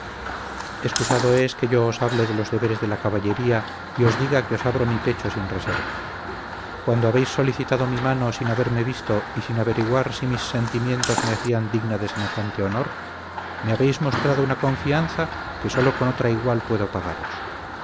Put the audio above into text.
excusado es que yo os hable de los deberes de la caballería y os diga que os abro mi pecho sin reserva cuando habéis solicitado mi mano sin haberme visto y sin averiguar si mis sentimientos me hacían digna de semejante honor me habéis mostrado una confianza que sólo con otra igual puedo pagaros